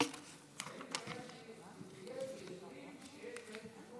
אין לי בעיה ביישובים שיש בהם תכנון